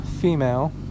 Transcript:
female